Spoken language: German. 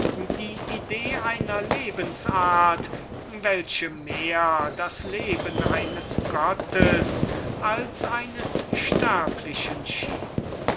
die idee einer lebens-art welche dank seiner dichterischen phantasie mehr das leben eines gottes als eines sterblichen schien